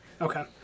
Okay